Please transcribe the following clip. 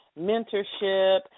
mentorship